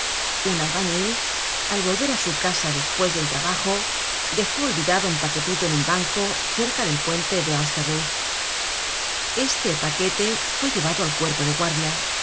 un albañil al volver á su casa despues del trabajo dejó olvidado un paquetito en un banco cerca del puente de austerlitz este paquete fue llevado al cuerpo de guardia